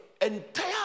entire